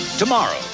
Tomorrow